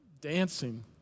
dancing